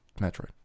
Metroid